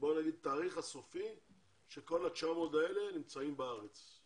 בוא נגיד התאריך הסופי של ה-900 נמצאים בארץ?